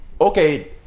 Okay